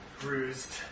bruised